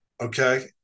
okay